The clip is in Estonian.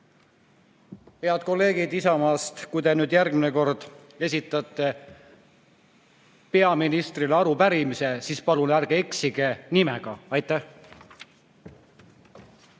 Head kolleegid Isamaast, kui te järgmine kord esitate peaministrile arupärimise, siis palun ärge eksige nimega! Aitäh!